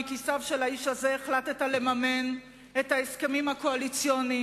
מכיסיו של האיש הזה החלטת לממן את ההסכמים הקואליציוניים,